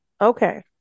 okay